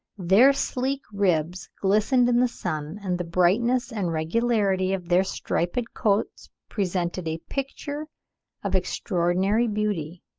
their sleek ribs glistened in the sun, and the brightness and regularity of their striped coats presented a picture of extraordinary beauty,